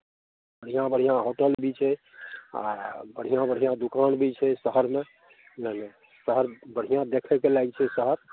बढ़िआँ बढ़िआँ होटल भी छै आ बढ़िआँ बढ़िआँ दोकान भी छै शहरमे नहि नहि शहर बढ़िआँ देखयके लायक छै शहर